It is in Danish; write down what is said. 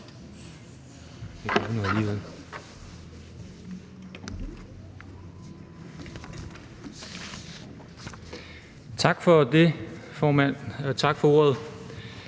Tak for det, tak for ordet.